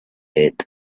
pit